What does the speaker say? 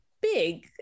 big